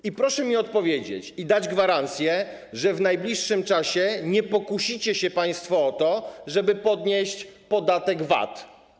I proszę mi odpowiedzieć, dać gwarancję, że w najbliższym czasie nie pokusicie się państwo o to, żeby podnieść podatek VAT.